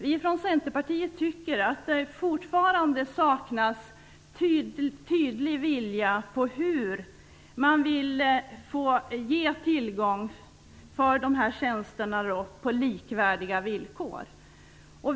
Vi från Centerpartiet tycker att det fortfarande saknas tydlig vilja att ge tillgång till de här tjänsterna på likvärdiga villkor.